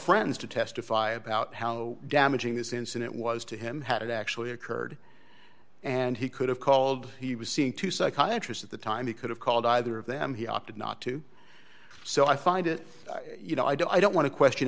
friends to testify about how damaging this incident was to him had it actually occurred and he could have called he was seeing to psychiatrist at the time he could have called either of them he opted not to so i find it you know i don't i don't want to question